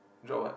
drop what